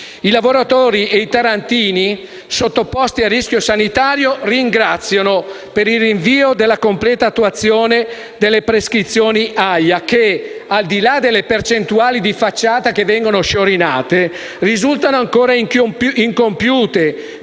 I lavoratori e i tarantini sottoposti a rischio sanitario ringraziano per il rinvio della completa attuazione delle prescrizioni AIA, che, al di là delle percentuali di facciata che vengono sciorinate, risultano ancora incompiute